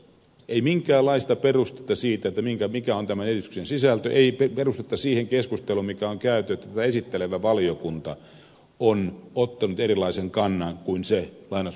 ei minkäänlaista perustetta siitä mikä on tämän esityksen sisältö ei perustetta siihen keskusteluun mikä on käyty että tätä esittelevä valiokunta on ottanut erilaisen kannan kuin se mitä on sovittu